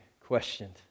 questioned